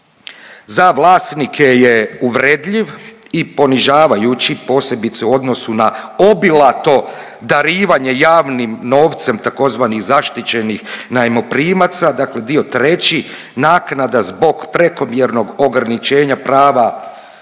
za vlasnike je uvredljiv i ponižavajući posebice u odnosu na obilato darivanje javnim novcem tzv. zaštićenih najmoprimaca dakle dio 3. naknada zbog prekomjernog ograničenja prava